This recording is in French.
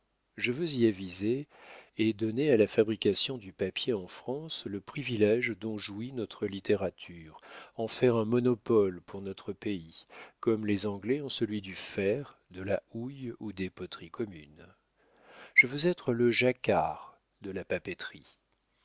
je veux y aviser et donner à la fabrication du papier en france le privilége dont jouit notre littérature en faire un monopole pour notre pays comme les anglais ont celui du fer de la houille ou des poteries communes je veux être le jacquart de la papeterie